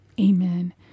Amen